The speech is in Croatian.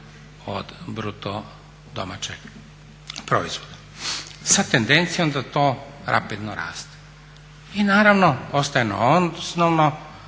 od bruto domaćeg proizvoda sa tendencijom da to rapidno raste. I naravno ostaje nam osnovno